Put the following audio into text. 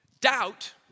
Doubt